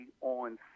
on